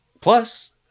Plus